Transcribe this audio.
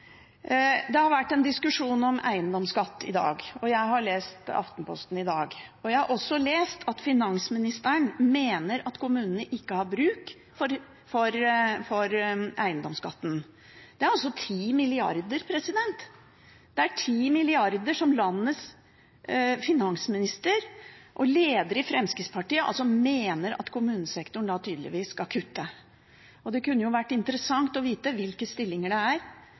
Det har vært en diskusjon om eiendomsskatt i dag, og jeg har lest Aftenposten i dag. Jeg har også lest at finansministeren mener at kommunene ikke har bruk for eiendomsskatten. Det er altså 10 mrd. kr. Det er 10 mrd. kr som landets finansminister – og leder i Fremskrittspartiet – mener at kommunesektoren tydeligvis skal kutte. Det kunne jo vært interessant å vite hvilke stillinger det er,